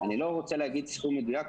אני לא רוצה להגיד סכום מסוים,